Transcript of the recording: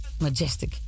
Majestic